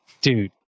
dude